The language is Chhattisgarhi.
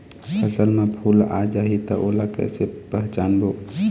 फसल म फूल आ जाही त ओला कइसे पहचानबो?